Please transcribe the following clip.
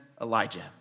Elijah